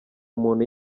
umuntu